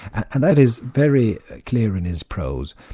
and that is very clear in his prose.